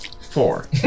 Four